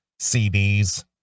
CDs